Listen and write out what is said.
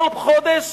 כל חודש